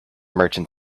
merchant